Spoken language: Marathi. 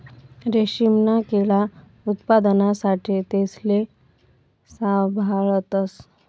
रेशीमना किडा उत्पादना साठे तेसले साभाळतस